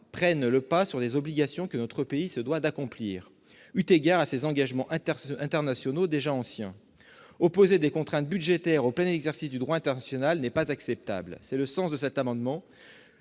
prennent le pas sur les obligations que notre pays se doit d'accomplir, eu égard à ses engagements internationaux déjà anciens. Opposer des contraintes budgétaires au plein exercice du droit international n'est pas acceptable. Tel est le sens de cet amendement